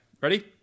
ready